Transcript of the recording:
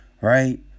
right